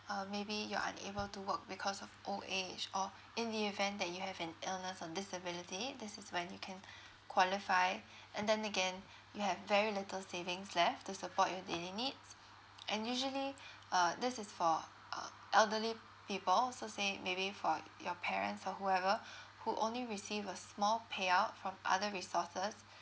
uh maybe you're unable to work because of old age or in the event that you have an illness or disability this is when you can qualify and then again you have very little savings left to support your daily needs and usually uh this is for uh elderly people so say maybe for your parents or whoever who only receive a small payout from other resources